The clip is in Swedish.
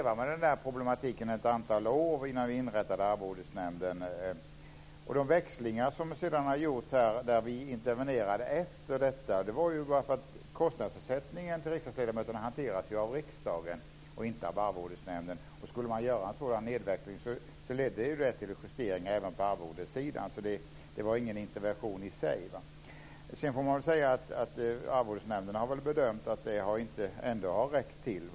Vi fick leva med problemet ett antal år innan Arvodesnämnden inrättades. De växlingar som sedan har gjorts, efter det att vi har intervenerat, beror på att kostnadsersättningen till riksdagsledamöterna hanteras av riksdagen och inte av Arvodesnämnden. En sådan nedväxling ledde till en justering även på arvodessidan. Det var ingen intervention i sig. Arvodesnämnden har väl bedömt att detta ändå inte har räckt till.